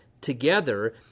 together